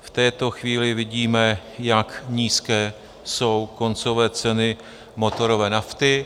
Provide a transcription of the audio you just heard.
V této chvíli vidíme, jak nízké jsou koncové ceny motorové nafty.